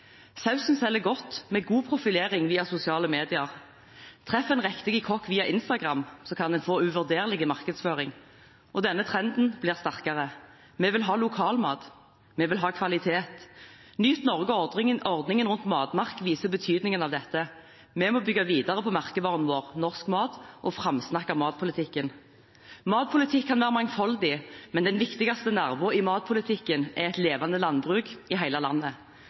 Sausen selger godt, med god profilering via sosiale medier. Treffer man riktig kokk via Instagram, kan man få uvurderlig markedsføring. Denne trenden blir sterkere. Vi vil ha lokalmat. Vi vil ha kvalitet. Nyt Norge og ordningen rundt Matmerk viser betydningen av dette. Vi må bygge videre på merkevaren vår, norsk mat, og framsnakke matpolitikken. Matpolitikk kan være mangfoldig, men den viktigste nerven i matpolitikken er et levende landbruk i hele landet.